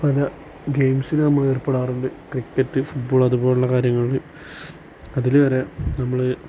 പല ഗെയിംസുകളിൽ നമ്മളേർപ്പെടാറുണ്ട് ക്രിക്കറ്റ് ഫുട്ബോള് അതുപോലുള്ള കാര്യങ്ങളിൽ അതിൽ വരെ നമ്മൾ